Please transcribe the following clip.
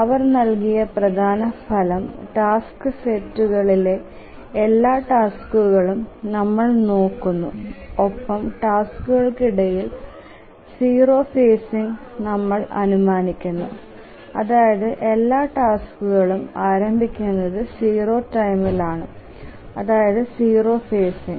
അവർ നൽകിയ പ്രധാന ഫലം ടാസ്ക് സെറ്റ കളിലെ എല്ലാ ടാസ്ക്കുകളും നമ്മൾ നോക്കുന്നു ഒപ്പം ടാസ്ക്കുകൾക്കിടയിൽ 0 ഫേസിങ് നമ്മൾ അനുമാനിക്കുന്നു അതായത് എല്ലാ ടാസ്കുകളും ആരംഭിക്കുന്നത് 0 ടൈമിൽ ആണ് അതായത് 0 ഫേസിങ്